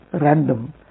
random